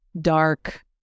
dark